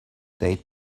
date